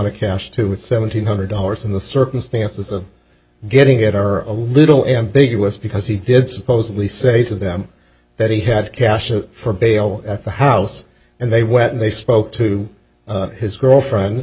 of cash too with seven hundred dollars in the circumstances of getting it are a little ambiguous because he did supposedly say to them that he had cash for bail at the house and they went and they spoke to his girlfriend